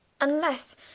Unless